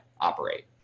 operate